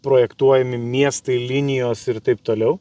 projektuojami miestai linijos ir taip toliau